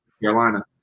Carolina